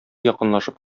якынлашып